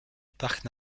parc